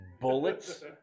bullets